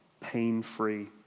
pain-free